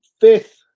Fifth